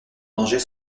danger